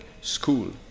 school